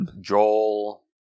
Joel